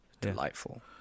Delightful